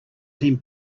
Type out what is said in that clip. team